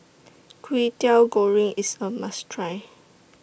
Kwetiau Goreng IS A must Try